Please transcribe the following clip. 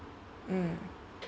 mm